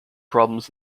problems